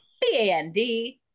b-a-n-d